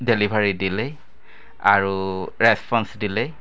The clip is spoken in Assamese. ডেলিভাৰী দিলেই আৰু ৰেচপঞ্চ দিলেই